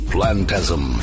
Plantasm